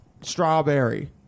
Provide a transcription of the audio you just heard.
Strawberry